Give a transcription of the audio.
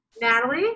Natalie